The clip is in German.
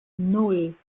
nan